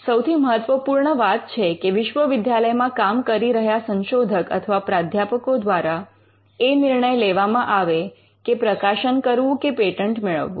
સૌથી મહત્વપૂર્ણ વાત છે કે વિશ્વવિદ્યાલયમાં કામ કરી રહ્યા સંશોધક અથવા પ્રાધ્યાપકો દ્વારા એ નિર્ણય લેવામાં આવે કે પ્રકાશન કરવું કે પેટન્ટ મેળવવું